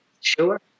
Sure